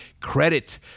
credit